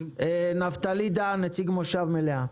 נפתלי דהן, נציג מושב מלאה.